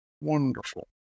wonderful